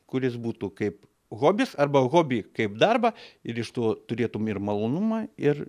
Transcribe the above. kuris būtų kaip hobis arba hobį kaip darbą ir iš to turėtum ir malonumą ir